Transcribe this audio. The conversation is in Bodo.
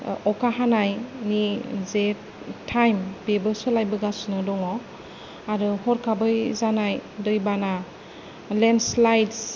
अखा हानायनि जे टाइम बेबो सोलायबोगासिनो दङ आरो हरखाबै जानाय दैबाना लेनस्लायद्स